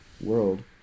world